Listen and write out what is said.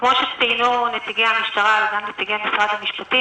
שיהיה לנו עיגון מפורש בחוק שלא יהיה נתון לפרשנות של שופט כזה או